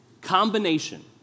combination